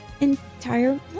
entire